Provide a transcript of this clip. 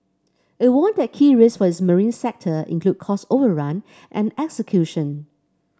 it warned that key risks for its marine sector include cost overrun and execution